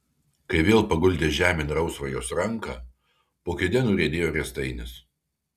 kai vėl paguldė žemėn rausvą jos ranką po kėde nuriedėjo riestainis